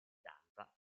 danza